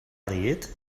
dit